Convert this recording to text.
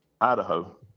Idaho